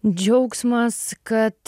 džiaugsmas kad